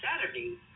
Saturday